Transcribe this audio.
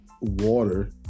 water